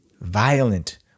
Violent